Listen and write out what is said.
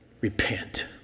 Repent